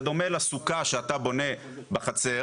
זה דומה לסוכה שאתה בונה בחצר,